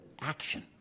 action